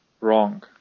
wrong